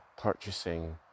purchasing